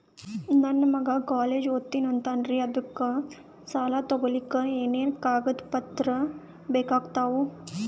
ನನ್ನ ಮಗ ಕಾಲೇಜ್ ಓದತಿನಿಂತಾನ್ರಿ ಅದಕ ಸಾಲಾ ತೊಗೊಲಿಕ ಎನೆನ ಕಾಗದ ಪತ್ರ ಬೇಕಾಗ್ತಾವು?